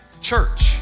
church